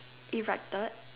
erected